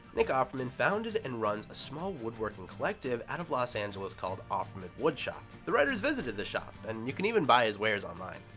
nick offerman founded and runs a small woodworking collective out of los angeles called offerman wood shop. the writers visited this shop, and you can even buy his wares online.